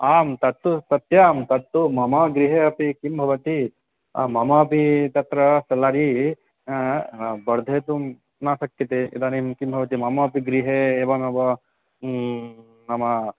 आं तत्तु सत्यं तत्तु मम गृहे अपि किं भवति ममापि तत्र सल्लरी वर्धयितुं न शक्यते इदानीं किं भवति मम अपि गृहे एवमेव नाम